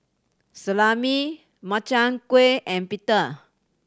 Salami Makchang Gui and Pita